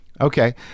Okay